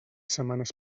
setmanes